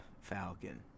falcon